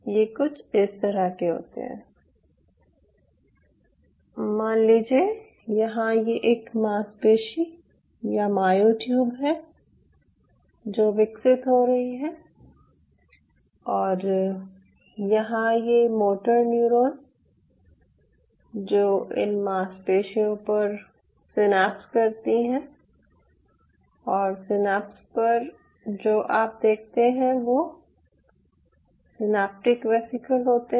ये कुछ इस तरह के होते हैं मान लीजिये यहां ये एक मांसपेशी या मायोट्यूब है जो विकसित हो रही है और यहां ये मोटर न्यूरॉन जो इन मांसपेशियों पर सिनेप्स करती है और सिनेप्स पर जो आप देखते हैं वो सिनैप्टिक वेसिकल होते हैं